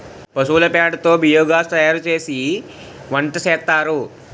పశువుల పేడ తో బియోగాస్ తయారుసేసి వంటసేస్తారు